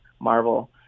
Marvel